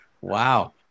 Wow